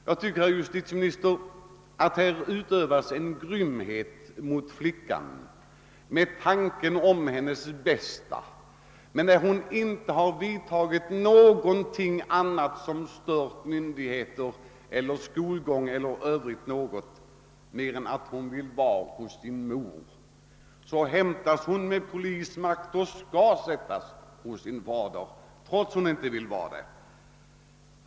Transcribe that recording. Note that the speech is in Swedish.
Jag tycker, herr justitieminister, att det utövas grymhet mot flickan under påstående att det sker av omtanke för hennes bästa. Hon har inte gjort någonting annat som stört myndigheter eller skolgång i övrigt mer än att hon vill vara hos sin mor. Men i alla fall hämtas hon med polismakt och skall föras till sin far, trots att hon inte vill vara hos honom.